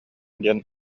диэн